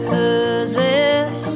possess